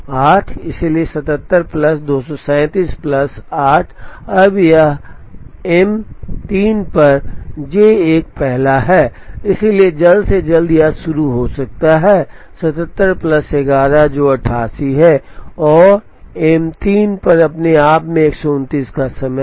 8 इसलिए 77 plus 237 plus 8 अब M 3 पर जे 1 पहला है इसलिए जल्द से जल्द यह शुरू हो सकता है 77 प्लस 11 जो 88 है और एम 3 अपने आप में 129 का समय है